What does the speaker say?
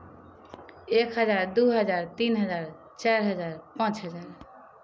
एक हज़ार दू हज़ार तीन हज़ार चार हज़ार पाँच हज़ार